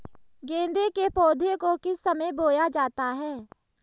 गेंदे के पौधे को किस समय बोया जाता है?